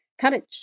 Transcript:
Courage